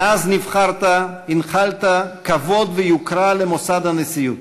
מאז נבחרת הנחלת כבוד ויוקרה למוסד הנשיאות.